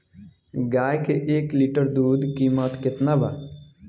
गाय के एक लीटर दूध कीमत केतना बा?